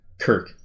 Kirk